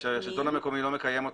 שהשלטון המקומי לא מקיים אותו,